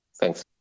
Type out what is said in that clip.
Thanks